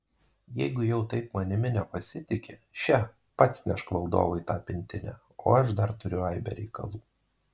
jeigu jau taip manimi nepasitiki še pats nešk valdovui tą pintinę o aš dar turiu aibę reikalų